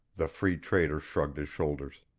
the free trader shrugged his shoulders.